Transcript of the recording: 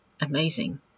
Amazing